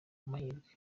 amahirwe